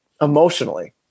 emotionally